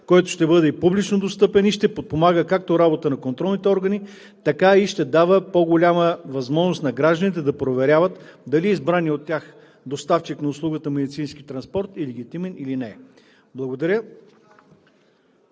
който ще бъде публично достъпен и ще подпомага, както работата на контролните органи, така ще дава и по-голяма възможност на гражданите да проверяват дали избраният от тях доставчик на услугата „медицински транспорт“ е легитимен или не е. Благодаря.